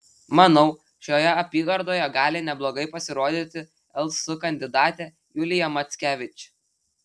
manau šioje apygardoje gali neblogai pasirodyti ls kandidatė julija mackevič